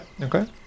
Okay